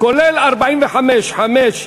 כולל 45(1)